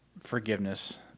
forgiveness